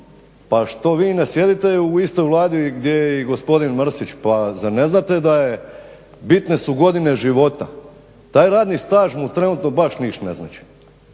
pa što vi ne sjedite u istoj Vladi gdje i gospodin Mrsić, pa zar ne znate da bitne su godine života. Taj radni staž mu trenutno baš ništa ne znači,